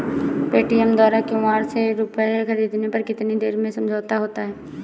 Paytm द्वारा QR से रूपए ख़रीदने पर कितनी देर में समझौता होता है?